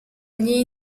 agli